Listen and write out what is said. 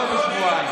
לא בשבועיים.